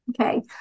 okay